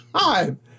time